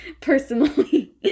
personally